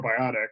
probiotic